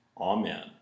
Amen